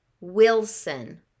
Wilson